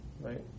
right